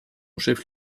chef